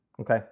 Okay